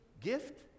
gift